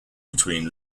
between